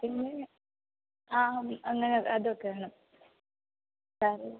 പിന്നെ ആ അങ്ങനെ അതൊക്കെ വേണം വേറെ